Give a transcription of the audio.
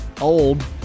old